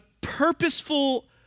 purposeful